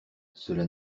cela